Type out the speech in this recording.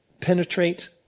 penetrate